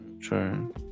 True